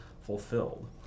fulfilled